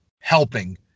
helping